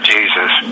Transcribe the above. Jesus